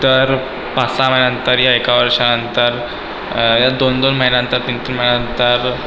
तर पाचसहा महिन्यानंतर या एका वर्षानंतर या दोन दोन महिन्यानंतर तीन तीन महिन्यानंतर